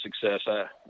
success